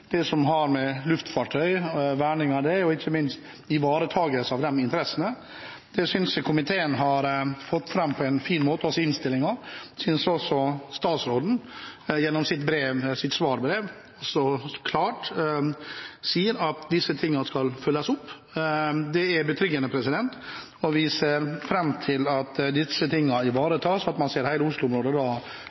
gjøre med verning av luftfartøy. Det synes jeg komiteen har fått fram på en fin måte også i innstillingen. Statsråden sier også klart gjennom sitt svarbrev at disse tingene skal følges opp. Det er betryggende, og vi ser fram til at disse tingene ivaretas, og at man ser